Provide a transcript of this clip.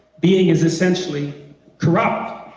being is essentially corrupt,